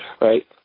right